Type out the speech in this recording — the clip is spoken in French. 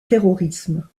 terrorisme